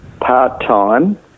part-time